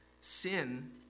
Sin